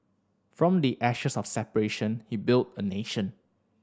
from the ashes of separation he built a nation